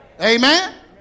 Amen